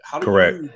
Correct